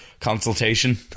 consultation